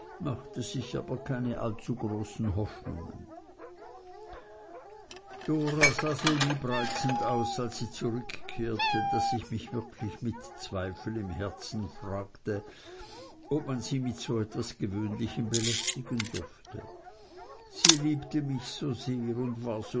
machte sich aber nicht allzu große hoffnungen dora sah so liebreizend aus als sie zurückkehrte daß ich mich wirklich mit zweifel im herzen fragte ob man sie mit so etwas gewöhnlichem belästigen dürfte sie liebte mich so sehr und war